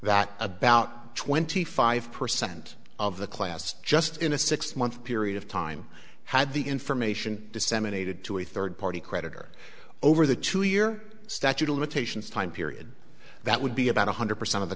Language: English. that about twenty five percent of the class just in a six month period of time had the information disseminated to a third party creditor over the two year statute of limitations time period that would be about one hundred percent of the